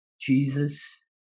Jesus